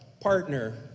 partner